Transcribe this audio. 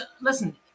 listen